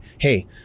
hey